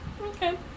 Okay